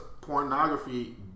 pornography